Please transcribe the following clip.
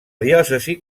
diòcesi